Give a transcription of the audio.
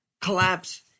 collapse